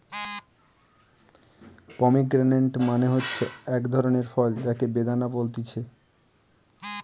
pomegranate মানে হচ্ছে একটা ধরণের ফল যাকে বেদানা বলছে